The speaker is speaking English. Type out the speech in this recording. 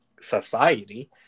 society